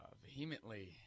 vehemently